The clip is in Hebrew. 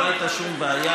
הרי לא הייתה שום בעיה,